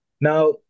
Now